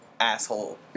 asshole